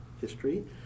history